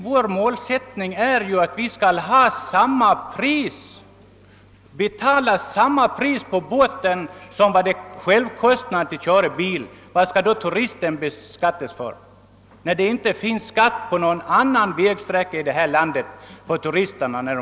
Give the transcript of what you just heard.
Vår målsättning är som bekant samma pris på båten som självkostnaden när man kör bil. Varför skall då turisterna beskattas? Beskattning av det här slaget förekommer ju inte på någon annan vägsträcka i Sverige.